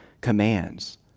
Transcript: commands